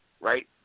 right